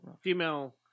female